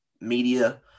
media